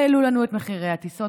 והעלו לנו את מחירי הטיסות.